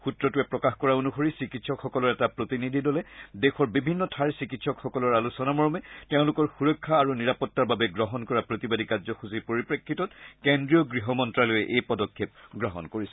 সুত্ৰটোৱে প্ৰকাশ কৰা অনুসৰি চিকিৎসকসকলৰ এটা প্ৰতিনিধি দলে দেশৰ বিভিন্ন ঠাইৰ চিকিৎসকসকলৰ আলোচনা মৰ্মে তেওঁলোকৰ সূৰক্ষা আৰু নিৰাপত্তাৰ বাবে গ্ৰহণ কৰা প্ৰতিবাদী কাৰ্যসূচীৰ পৰিপ্ৰেক্ষিতত কেন্দ্ৰীয় গৃহ মন্তালয়ে এই পদক্ষেপ গ্ৰহণ কৰিছে